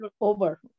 over